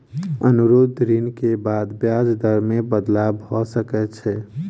अनुरोध ऋण के ब्याज दर मे बदलाव भ सकै छै